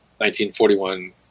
1941